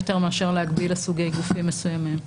יותר מאשר הרעיון של להגביל לסוגי גופים מסוימים.